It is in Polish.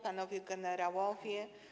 Panowie Generałowie!